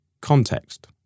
Context